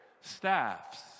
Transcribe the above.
staffs